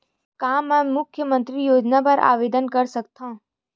का मैं मुख्यमंतरी योजना बर आवेदन कर सकथव?